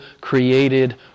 created